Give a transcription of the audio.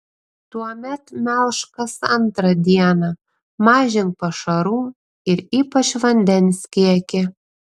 tuomet melžk kas antrą dieną mažink pašarų ir ypač vandens kiekį